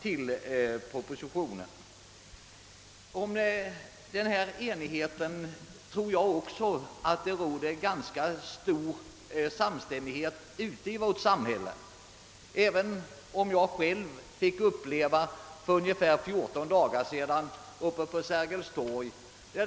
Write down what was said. Jag tror även att samstämmigheten är stor ute i vårt samhälle, även om jag själv för ungefär fjorton dagar sedan på Sergels torg fick uppleva något annat.